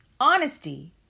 Honesty